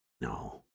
No